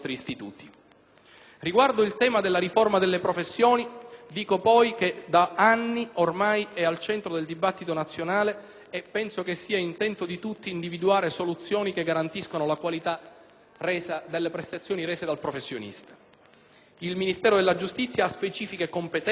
Riguardo al tema della riforma delle professioni, dico poi che ormai da anni esso è al centro del dibattito nazionale e penso che sia intento di tutti individuare soluzioni che garantiscano la qualità delle prestazioni rese dal professionista. Il Ministero della giustizia ha specifiche competenze